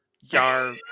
Yar